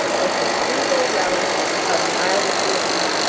with the simple relish of childish delight.